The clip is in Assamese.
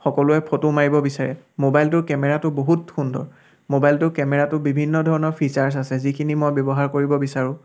সকলোৱে ফটো মাৰিব বিচাৰে মোবাইলটোৰ কেমেৰাটো বহুত সুন্দৰ মোবাইলটোৰ কেমেৰাটো বিভিন্ন ধৰণৰ ফিছাৰছ আছে যিখিনি মই ব্যৱহাৰ কৰিব বিচাৰোঁ